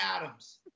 Adams